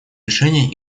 решения